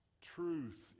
truth